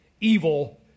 evil